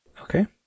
Okay